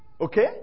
Okay